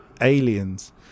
aliens